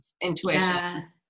intuition